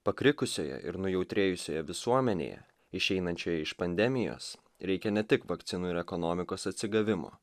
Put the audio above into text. pakrikusioje ir nujautrėjusioje visuomenėje išeinančioje iš pandemijos reikia ne tik vakcinų ir ekonomikos atsigavimo